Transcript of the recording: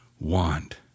want